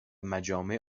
مجامع